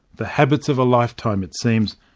the habits of a lifetime, it seems,